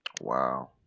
wow